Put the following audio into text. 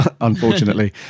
unfortunately